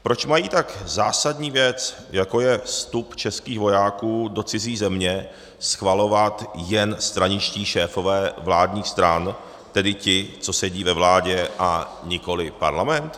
Proč mají tak zásadní věc, jako je vstup českých vojáků do cizí země, schvalovat jen straničtí šéfové vládních stran, tedy ti, co sedí ve vládě, a nikoliv Parlament?